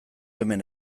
hemen